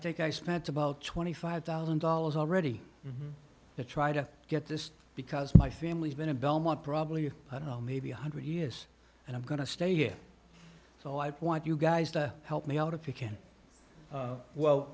take i spent about twenty five thousand dollars already to try to get this because my family's been in belmont probably you know maybe one hundred years and i'm going to stay here so i want you guys to help me out of you can well